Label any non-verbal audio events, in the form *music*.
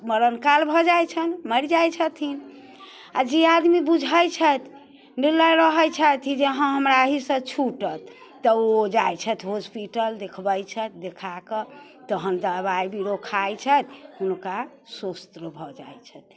मरण काल भऽ जाइ छनि मरि जाइ छथिन आओर जे आदमी बुझै छथि *unintelligible* जे हँ हमरा अहीसँ छुटत तऽ ओ जाइ छथि हॉस्पिटल देखबै छथि देखा कऽ तहन दबाइ बिरो खाइ छथि कखनो काल सुस्त भऽ जाइ छथि